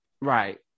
right